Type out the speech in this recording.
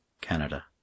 Canada